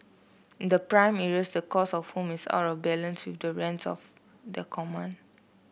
in the prime areas the cost of homes out of balance with the rents of they command